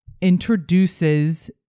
introduces